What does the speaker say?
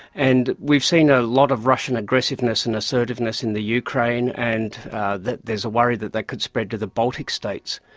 and we've seen a lot of russian aggressiveness and assertiveness in the ukraine, and there's a worry that that could spread to the baltic states.